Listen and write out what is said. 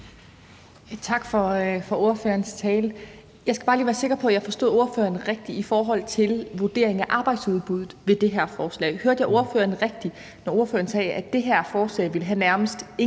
Tak til ordføreren for talen. Jeg skal bare lige være sikker på, at jeg forstod ordføreren rigtigt i forhold til vurderingen af arbejdsudbuddet ved det her forslag. Hørte jeg ordføreren rigtigt, da ordføreren sagde, at det her forslag nærmest ingen